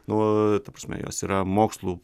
nu ta prasme jos yra mokslu